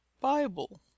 Bible